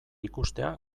ikustea